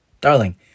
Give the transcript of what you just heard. Darling